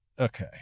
Okay